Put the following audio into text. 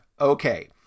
Okay